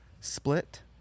Split